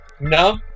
No